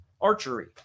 archery